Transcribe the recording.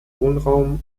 wohnraum